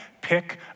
Pick